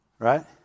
Right